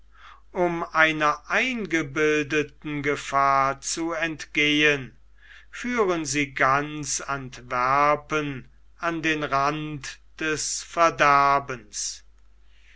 um einer eingebildeten gefahr zu entgehen führen sie ganz antwerpen an den rand des verderbens